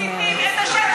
אתם מציתים את השטח.